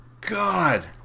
God